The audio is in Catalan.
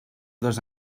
dos